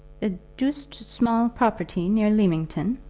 a doosed small property near leamington,